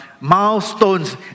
milestones